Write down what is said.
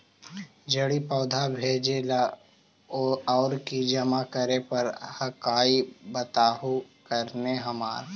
जड़ी पैसा भेजे ला और की जमा करे पर हक्काई बताहु करने हमारा?